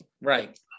Right